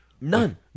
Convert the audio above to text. None